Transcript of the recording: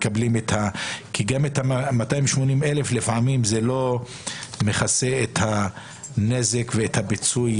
כי גם 280,000 לפעמים לא מכסה את הנזק ואת הפיצוי